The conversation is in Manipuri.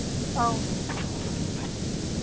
ꯑꯧ